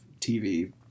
TV